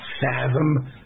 fathom